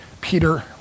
Peter